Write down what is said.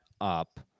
up